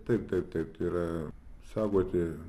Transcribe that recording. taip taip taip yra saugoti